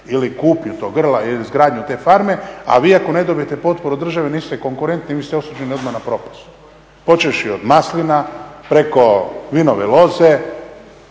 ili kupnju tog grla ili izgradnju te farme. A vi ako ne dobijete potporu države niste konkurentni. Vi ste osuđeni odmah na propast počevši od maslina preko vinove loze.